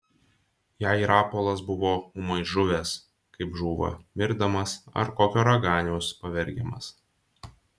jai rapolas buvo ūmai žuvęs kaip žūva mirdamas ar kokio raganiaus pavergiamas